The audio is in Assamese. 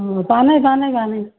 অঁ জানে জানে জানে